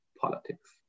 politics